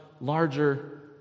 larger